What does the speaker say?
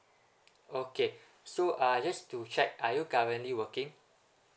okay so uh just to check are you currently working